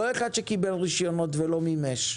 לא אחד שקיבל רישיונות ולא מימש.